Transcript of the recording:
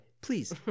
please